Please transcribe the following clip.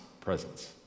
presence